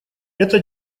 это